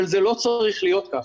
אבל זה לא צריך להיות ככה.